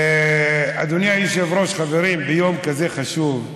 אדוני היושב-ראש, חברים, ביום כזה חשוב,